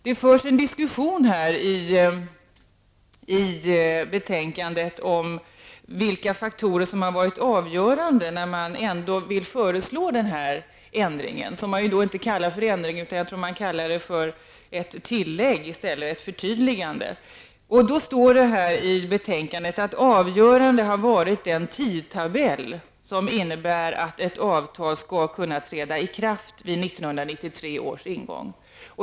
Det förs i betänkandet en diskussion om vilka faktorer som varit avgörande för att man föreslår denna ändring, som inte kallas för ändring utan för ett tillägg eller ett förtydligande. I betänkandet skrivs att avgörande har varit den tidtabell som innebär att ett avtal skall kunna träda i kraft vid 1993 års ingång.